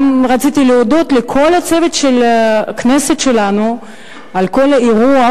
גם רציתי להודות לכל הצוות של הכנסת שלנו על האירוח